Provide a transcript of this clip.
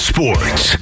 Sports